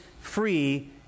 free